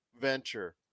venture